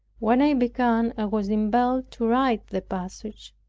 when i began i was impelled to write the passage,